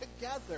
together